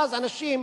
ואז, אנשים